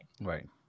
Right